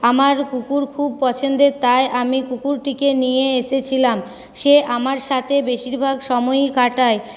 আমার কুকুর খুব পছন্দের তাই আমি কুকুরটিকে নিয়ে এসেছিলাম সে আমার সাথে বেশীরভাগ সময়ই কাটায়